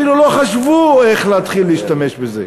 אפילו לא חשבו איך להתחיל להשתמש בזה.